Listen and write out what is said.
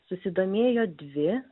susidomėjo dvi